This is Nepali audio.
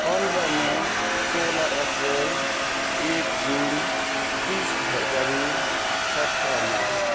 पन्ध्र मई सोह्र अप्रिल एक जुन तिस फेब्रुअरी सत्र मार्च